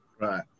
Right